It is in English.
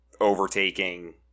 overtaking